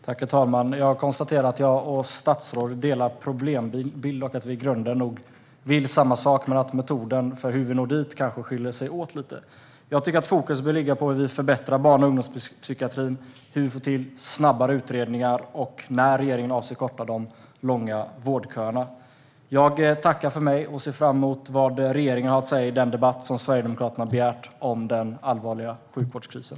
Herr talman! Jag konstaterar att jag och statsrådet delar problembild och att vi i grunden nog vill samma sak, men att metoden för hur vi ska nå dit kanske skiljer sig åt lite. Jag tycker att fokus bör ligga på hur vi förbättrar barn och ungdomspsykiatrin, hur vi får till snabbare utredningar och när regeringen avser att korta de långa vårdköerna. Jag tackar för mig och ser fram emot vad regeringen har att säga i den debatt som Sverigedemokraterna har begärt om den allvarliga sjukvårdskrisen.